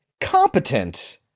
competent